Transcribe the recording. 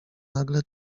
nagle